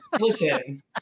Listen